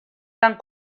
tant